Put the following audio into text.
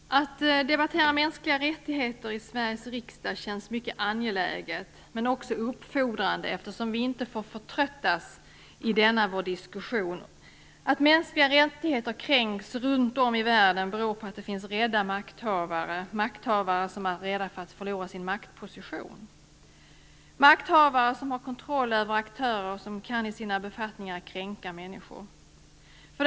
Herr talman! Att debattera mänskliga rättigheter i Sveriges riksdag känns mycket angeläget men också uppfordrande, eftersom vi inte får förtröttas i denna vår diskussion. Att mänskliga rättigheter kränks runt om i världen beror på att det finns rädda makthavare som är rädda att förlora sin maktposition. Det är makthavare som har kontroll över aktörer som i sina befattningar kan kränka människor.